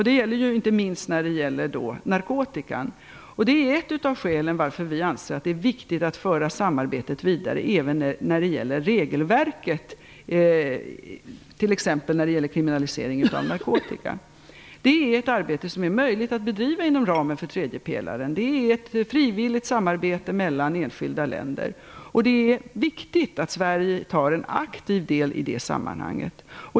Det gäller inte minst narkotikan. Det är ett av skälen till varför vi anser att det är viktigt att föra samarbetet vidare även när det gäller regelverket, t.ex. beträffande kriminalisering av narkotika. Det är ett arbete som är möjligt att bedriva inom ramen för den tredje pelaren. Det är ett frivilligt samarbete mellan enskilda länder. Det är viktigt att Sverige tar en aktiv del i det sammanhanget.